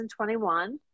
2021